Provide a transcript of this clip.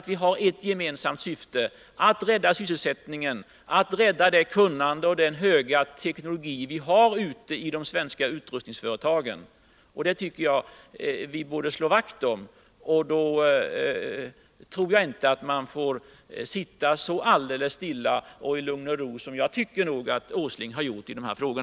Vi har ett gemensamt syfte: att rädda sysselsättningen, att rädda det kunnande och den höga teknologi som vi har i de svenska utrustningsföretagen. Det tycker jag att vi borde slå vakt om. Men då får man inte sitta så stilla och ta det så lugnt som Nils Åsling gör.